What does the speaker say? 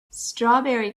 strawberry